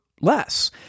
less